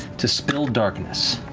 to spill darkness.